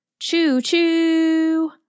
Choo-choo